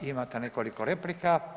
Imate nekoliko replika.